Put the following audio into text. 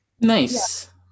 Nice